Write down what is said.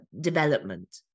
development